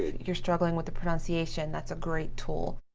you're struggling with the pronunciation, that's a great tool.